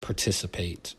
participate